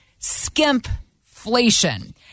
skimpflation